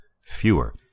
fewer